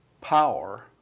power